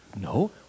No